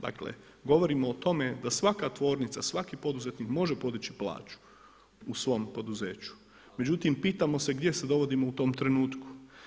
Dakle, govorimo to tome da svaka tvornica, svaki poduzetnik može podići plaću u svom poduzeću, međutim pitamo se gdje se dovodimo u tom trenutku.